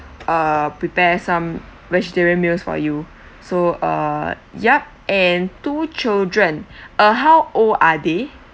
uh prepare some vegetarian meals for you so uh yup and two children uh how old are they